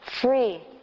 free